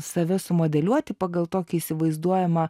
save sumodeliuoti pagal tokį įsivaizduojamą